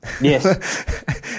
Yes